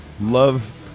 love